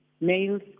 males